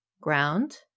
ground